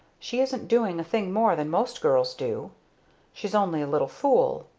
she isn't doing a thing more than most girls do she's only a little fool.